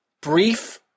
brief